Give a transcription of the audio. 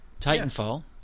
Titanfall